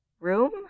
Room